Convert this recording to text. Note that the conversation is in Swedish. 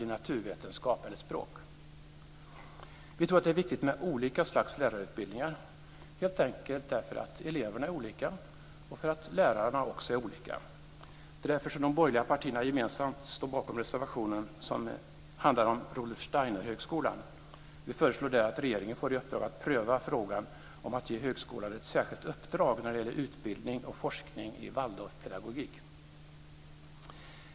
Vi tror helt enkelt att det är viktigt med olika slags lärarutbildningar därför att eleverna är olika och för att lärarna också är olika. Det är därför som de borgerliga partierna gemensamt står bakom reservationen som handlar om Rudolf Steinerhögskolan. Vi föreslår att regeringen får i uppdrag att pröva frågan om att ge högskolan ett särskilt uppdrag när det gäller utbildning och forskning i Waldorfpedagogik.